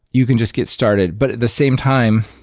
you can just get started. but at the same time,